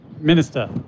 Minister